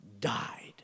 Died